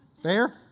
Fair